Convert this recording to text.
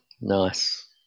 Nice